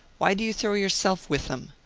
why do you throw yourself with them?